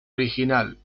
original